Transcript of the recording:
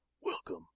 Welcome